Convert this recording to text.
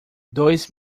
dois